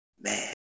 Man